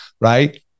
right